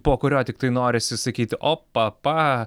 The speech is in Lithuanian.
po kurio tiktai norisi sakyti opapa